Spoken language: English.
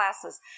classes